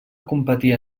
competir